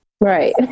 right